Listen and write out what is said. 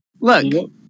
Look